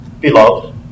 beloved